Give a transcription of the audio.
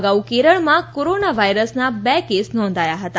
અગાઉ કેરળમાં કોરોના વાયરસના બે કેસ નોંધાયા હતા